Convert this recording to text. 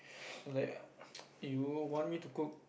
like you want me to cook